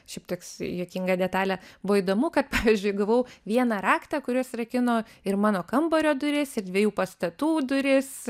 šiaip toks juokinga detalė buvo įdomu kad pavyzdžiui gavau vieną raktą kuris rakino ir mano kambario duris ir dviejų pastatų duris